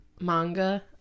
manga